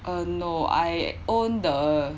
uh no I owned the